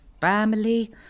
family